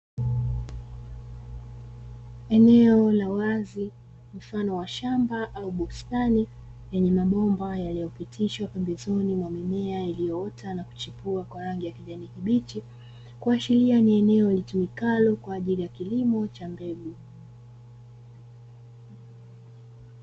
Eneo la wazi mfano wa shamba au bustani lenye mabomba yaliyo pitishwa pembezoni mwa mimea, iliyoota na kuchipua kwa rangi ya kijani kibichi, kuashiria ni eneo litumikalo kwaajili ya kilimo cha mbegu.